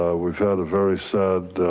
ah we've had a very sad,